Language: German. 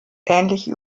ähnliche